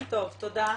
תודה.